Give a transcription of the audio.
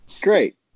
Great